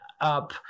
up